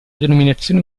denominazione